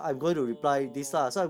oh